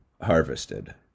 harvested